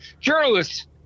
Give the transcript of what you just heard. journalists